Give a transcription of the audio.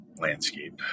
landscape